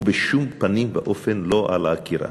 ובשום פנים ואופן לא על עקירה.